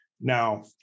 Now